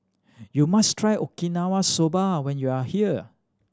you must try Okinawa Soba when you are here